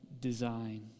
design